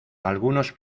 algunos